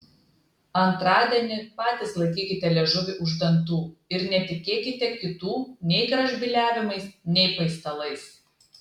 antradienį patys laikykite liežuvį už dantų ir netikėkite kitų nei gražbyliavimais nei paistalais